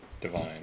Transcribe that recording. divine